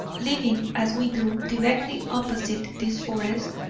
living, as we do, directly opposite this forest,